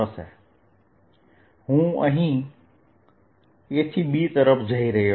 અહીં હું A થી B તરફ જઇ રહ્યો છું